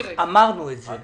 אמרנו את זה.